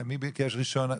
מי ביקש ראשון?